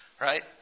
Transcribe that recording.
right